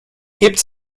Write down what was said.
hebt